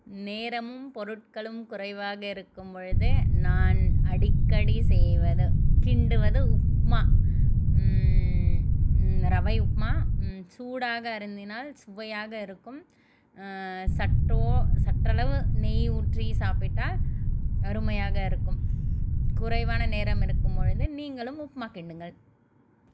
நேரமும் பொருட்களும் குறைவாக இருக்கும் பொழுது நான் அடிக்கடி செய்வது கிண்டுவது உப்புமா ரவை உப்புமா சூடாக அருந்தினால் சுவையாக இருக்கும் சட்டோ சற்றளவு நெய் ஊற்றி சாப்பிட்டால் அருமையாக இருக்கும் குறைவான நேரம் இருக்கும் பொழுது நீங்களும் உப்புமா கிண்டுங்கள்